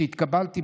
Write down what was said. שהתקבלתי,